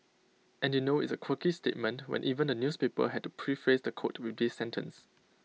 and you know it's A quirky statement when even the newspaper had to preface the quote with this sentence